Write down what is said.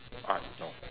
arts no